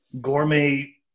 gourmet